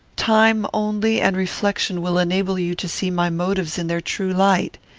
time only and reflection will enable you to see my motives in their true light.